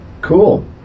Cool